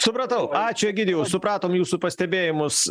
supratau ačiū egidijau supratom jūsų pastebėjimus